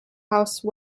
house